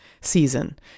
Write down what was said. season